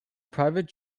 private